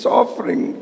offering